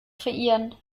kreieren